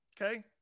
Okay